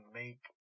make